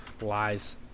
Lies